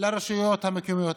לרשויות המקומיות.